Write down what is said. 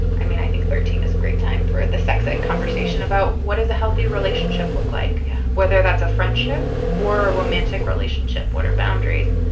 i mean i think thirteen is a great time for the sex ed conversation about what is a healthy relationship look like. yeah whether that's a friendship or a romantic relationship. what are boundaries.